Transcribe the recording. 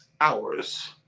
hours